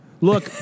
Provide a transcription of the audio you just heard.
Look